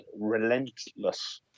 relentless